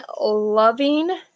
loving